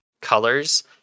colors